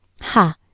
Ha